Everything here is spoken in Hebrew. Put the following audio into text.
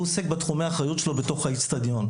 הוא עוסק בתחומי האחריות שלו בתוך האצטדיון.